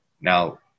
Now